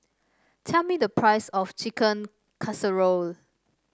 tell me the price of Chicken Casserole